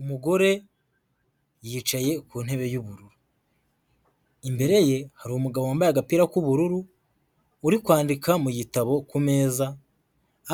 Umugore yicaye ku ntebe y'ubururu, imbere ye hari umugabo wambaye agapira k'ubururu uri kwandika mu gitabo ku meza,